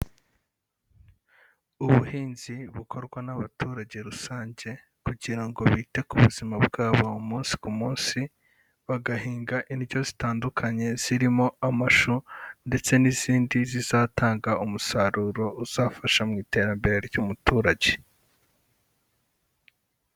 Ubuhinzi bukorwa n'abaturage rusange kugira ngo bite ku buzima bwabo umunsi ku munsi, bagahinga indyo zitandukanye zirimo amashu ndetse n'izindi zizatanga umusaruro uzafasha mu iterambere ry'umuturage.